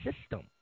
system